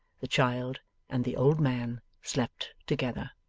the child and the old man slept together.